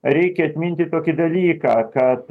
reikia atminti tokį dalyką kad